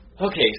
Okay